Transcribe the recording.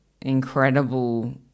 incredible